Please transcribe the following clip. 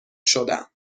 شدم